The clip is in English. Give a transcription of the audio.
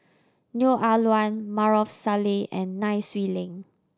Neo Ah Luan Maarof Salleh and Nai Swee Leng